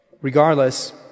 Regardless